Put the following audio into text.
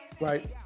right